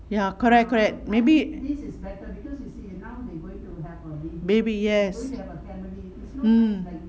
ya correct correct maybe baby yes mm